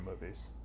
movies